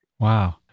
Wow